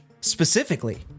specifically